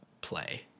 play